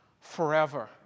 forever